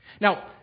Now